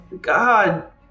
God